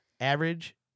average